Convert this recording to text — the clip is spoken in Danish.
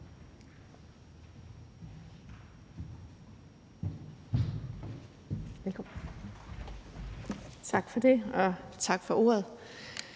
Vind (S): Tak for det og tak for ordet.